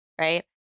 right